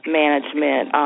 management